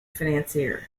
financier